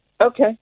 Okay